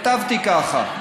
כתבתי ככה: